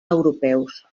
europeus